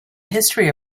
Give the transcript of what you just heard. history